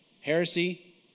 Heresy